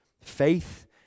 faith